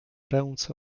ręce